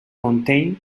fontaine